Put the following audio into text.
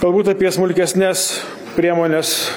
galbūt apie smulkesnes priemones